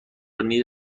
نیز